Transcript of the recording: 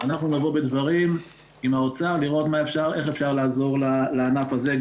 נבוא בדברים עם האוצר לראות איך אפשר לעזור לענף הזה,